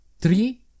Three